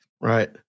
right